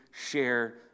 share